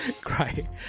great